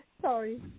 Sorry